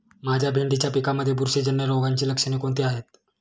माझ्या भेंडीच्या पिकामध्ये बुरशीजन्य रोगाची लक्षणे कोणती आहेत?